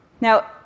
Now